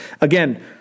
again